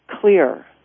clear